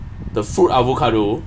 the food avocado